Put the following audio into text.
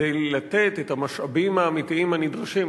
כדי לתת את המשאבים האמיתיים הנדרשים.